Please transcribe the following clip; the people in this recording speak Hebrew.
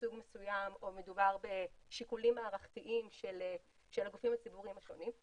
מסוג מסוים או מדובר בשיקולים מערכתיים של הגופים הציבוריים השונים,